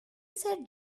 said